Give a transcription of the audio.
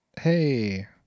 hey